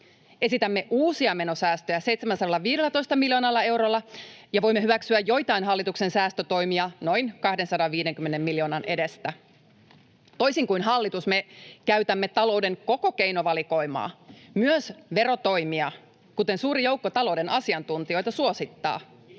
Esitämme uusia menosäästöjä 715 miljoonalla eurolla ja voimme hyväksyä joitain hallituksen säästötoimia, noin 250 miljoonan edestä. Toisin kuin hallitus, me käytämme talouden koko keinovalikoimaa, myös verotoimia, kuten suuri joukko talouden asiantuntijoita suosittaa.